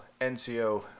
NCO